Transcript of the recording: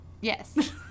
Yes